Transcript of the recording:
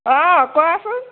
অঁ কোৱাচোন